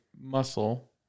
muscle